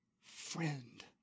friend